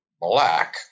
black